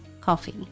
Coffee